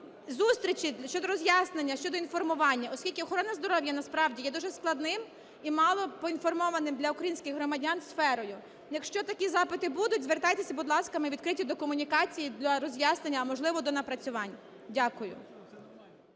зустрічі щодо роз'яснення, щодо інформування, оскільки охорона здоров'я насправді є дуже складною і мало поінформованою для українських громадян сферою. Якщо такі запити будуть, звертайтеся, будь ласка, ми відкриті до комунікації, до роз'яснення, а можливо до напрацювань. Дякую.